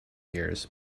years